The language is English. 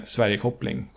Sverige-koppling